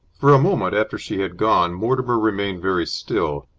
for a moment after she had gone mortimer remained very still,